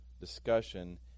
discussion